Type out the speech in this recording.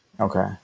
Okay